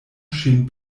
ŝin